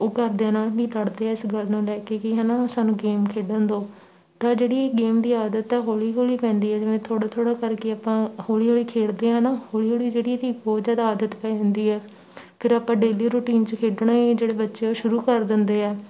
ਉਹ ਘਰਦਿਆਂ ਨਾਲ ਹੀ ਲੜਦੇ ਹੈ ਇਸ ਗੱਲ ਨੂੰ ਲੈ ਕੇ ਕਿ ਹੈ ਨਾ ਸਾਨੂੰ ਗੇਮ ਖੇਡਣ ਦਿਓ ਤਾਂ ਜਿਹੜੀ ਗੇਮ ਦੀ ਆਦਤ ਹੈ ਹੌਲੀ ਹੌਲੀ ਪੈਂਦੀ ਆ ਜਿਵੇਂ ਥੋੜ੍ਹਾ ਥੋੜ੍ਹਾ ਕਰਕੇ ਆਪਾਂ ਹੌਲੀ ਹੌਲੀ ਖੇਡਦੇ ਹਾਂ ਨਾ ਹੌਲੀ ਹੌਲੀ ਜਿਹੜੀ ਇਹਦੀ ਬਹੁਤ ਜ਼ਿਆਦਾ ਆਦਤ ਪੈ ਜਾਂਦੀ ਆ ਫਿਰ ਆਪਾਂ ਡੇਲੀ ਰੂਟੀਨ 'ਚ ਖੇਡਣਾ ਜਿਹੜੇ ਬੱਚੇ ਉਹ ਸ਼ੁਰੂ ਕਰ ਦਿੰਦੇ ਆ